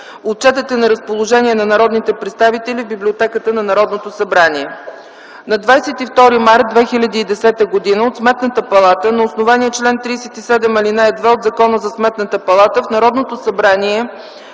Отчетът е на разположение на народните представители в Библиотеката на Народното събрание. На 22 март 2010 г. от Сметна палата на основание чл. 37, ал. 2 от Закона за Сметна палата в Народното събрание